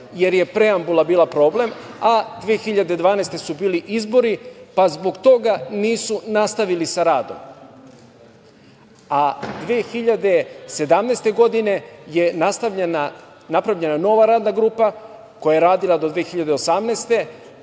jer je preambula bila problem, a 2012. godine su bili izbori, pa zbog toga nisu nastavili sa radom. Godine 2017. je napravljena nova radna grupa koja je radila do 2018.